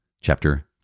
chapter